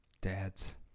dads